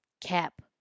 cap